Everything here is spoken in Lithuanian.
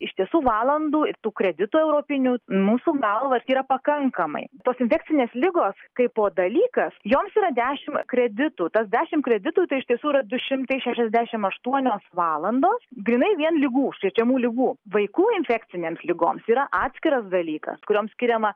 iš tiesų valandų tų kreditų europinių mūsų galva yra pakankamai tos infekcinės ligos kaipo dalykas joms yra dešim kreditų tas dešim kreditų tai iš tiesų yra du šimtai šešiasdešim aštuonios valandos grynai vien ligų užkrečiamų ligų vaikų infekcinėms ligoms yra atskiras dalykas kuriom skiriama